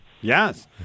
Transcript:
Yes